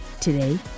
Today